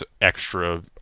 extra